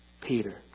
Peter